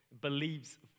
believes